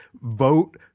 vote